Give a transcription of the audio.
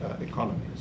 economies